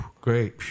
great